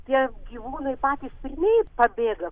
tie gyvūnai patys pirmieji pabėga